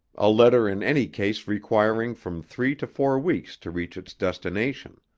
a letter in any case requiring from three to four weeks to reach its destination.